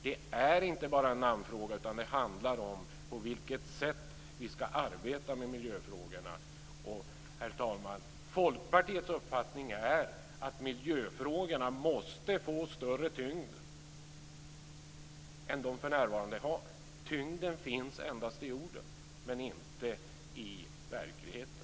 Det är inte bara en namnfråga, utan det handlar om på vilket sätt vi skall arbeta med miljöfrågorna. Herr talman! Folkpartiets uppfattning är att miljöfrågorna måste få större tyngd än vad de för närvarande har. Tyngden finns endast i orden, inte i verkligheten.